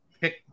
pick